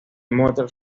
mother